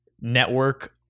network